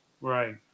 Right